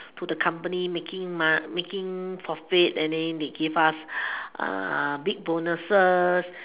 to the company making making profit and then they give us big bonuses